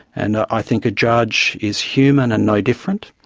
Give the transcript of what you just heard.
and i think a judge is human and no different,